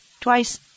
twice